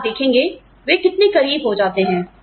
और आप देखेंगे वे आपके कितने करीब हो जाते हैं